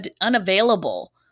unavailable